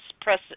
press